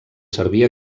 servir